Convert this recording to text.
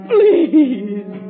Please